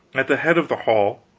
at the head of the hall,